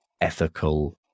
ethical